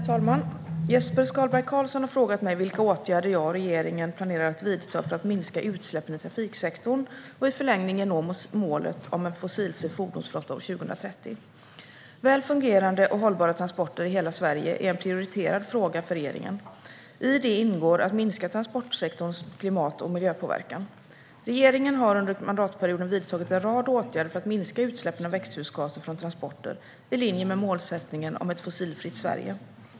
Herr talman! Jesper Skalberg Karlsson har frågat mig vilka åtgärder jag och regeringen planerar att vidta för att minska utsläppen i trafiksektorn och i förlängningen nå målet om en fossilfri fordonsflotta år 2030. Väl fungerande och hållbara transporter i hela Sverige är en prioriterad fråga för regeringen. I det ingår att minska transportsektorns klimat och miljöpåverkan. Regeringen har under mandatperioden vidtagit en rad åtgärder för att minska utsläppen av växthusgaser från transporter i linje med målsättningen om ett fossilfritt Sverige.